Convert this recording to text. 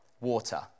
water